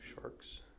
Sharks